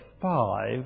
five